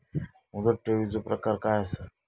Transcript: मुदत ठेवीचो प्रकार काय असा?